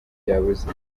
byabuze